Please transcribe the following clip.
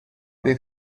did